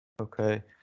Okay